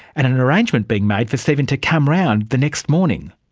and an an arrangement being made for stephen to come round the next morning,